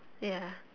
ya